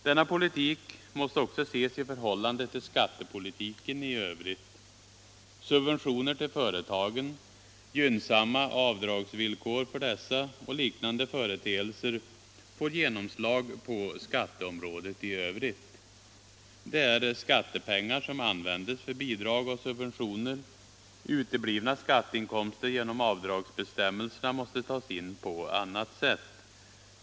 Denna politik måste också ses i förhållande till skattepolitiken i övrigt. Subventioner till företagen, gynnsamma avdragsvillkor för dessa och liknande företeelser får genomslag på skatteområdet i övrigt. Det är skattepengar som används för bidrag och subventioner. Uteblivna skatteinkomster till följd av avdragsbestämmelserna måste tas in på annat sätt.